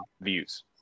views